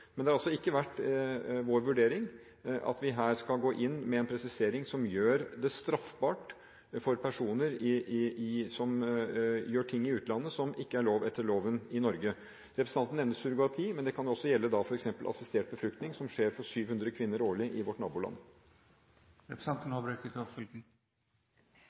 Men det har altså ikke vært vår vurdering at vi her skal gå inn med en presisering som gjør det straffbart for personer som gjør ting i utlandet som ikke er lov – etter loven – i Norge. Representanten nevner surrogati, men det kan også gjelde f.eks. assistert befruktning, som skjer for 700 kvinner årlig i vårt naboland.